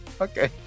Okay